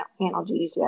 analgesia